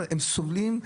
הם סובלים.